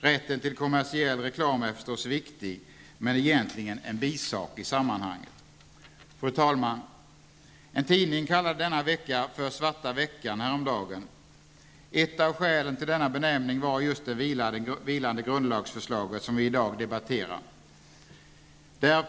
Rätten till kommersiell reklam är förstås viktig men egentligen en bisak i sammanhanget. Fru talman! En tidning kallade denna vecka för ''svarta veckan'' häromdagen. Ett av skälen till denna benämning var just det vilande grundlagsförslaget, som vi i dag debatterar.